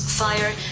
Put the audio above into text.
fire